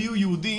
מיהו יהודי,